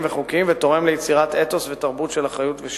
וחוקיים ותורם ליצירת אתוס ותרבות של אחריות ושיתוף.